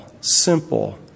simple